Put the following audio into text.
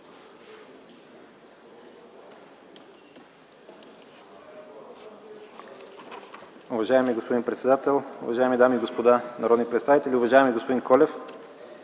Уважаеми господин председател, уважаеми госпожи и господа народни представители, уважаеми господа